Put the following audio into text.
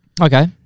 Okay